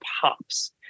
pops